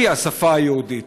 היא השפה היהודית.